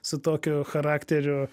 su tokiu charakteriu